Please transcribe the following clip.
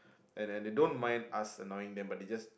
and they they don't mind us annoying them but they just